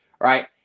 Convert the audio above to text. Right